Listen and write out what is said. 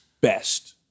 best